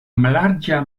mallarĝa